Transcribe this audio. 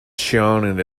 shown